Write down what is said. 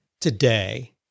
today